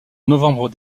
novembre